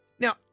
Now